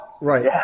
right